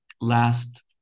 last